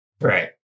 Right